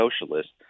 socialists